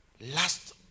Last